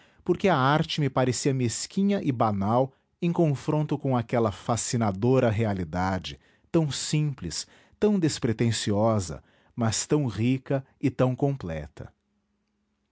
porque a arte me parecia mesquinha e banal em confronto com aquela fascinadora realidade tão simples tão despretensiosa mas tão rica e tão completa